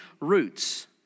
roots